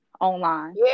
online